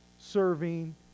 serving